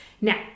Now